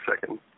second